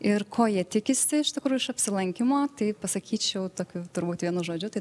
ir ko jie tikisi iš tikrųjų iš apsilankymo tai pasakyčiau tokių turbūt vienu žodžiu tai